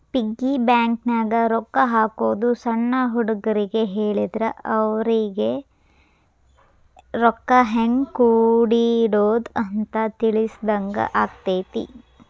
piggy ಬ್ಯಾಂಕನ್ಯಾಗ ರೊಕ್ಕಾ ಹಾಕೋದು ಸಣ್ಣ ಹುಡುಗರಿಗ್ ಹೇಳಿದ್ರ ಅವರಿಗಿ ರೊಕ್ಕಾ ಹೆಂಗ ಕೂಡಿಡೋದ್ ಅಂತ ತಿಳಿಸಿದಂಗ ಆಗತೈತಿ